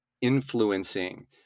influencing